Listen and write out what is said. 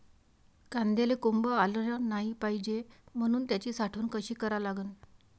कांद्याले कोंब आलं नाई पायजे म्हनून त्याची साठवन कशी करा लागन?